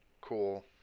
cool